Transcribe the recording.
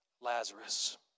Lazarus